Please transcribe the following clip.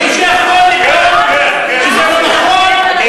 מישהו יכול לטעון שזה לא נכון?